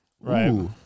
Right